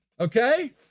okay